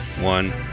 one